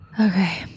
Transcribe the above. Okay